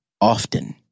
often